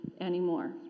anymore